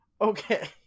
Okay